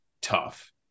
tough